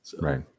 Right